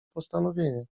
postanowienie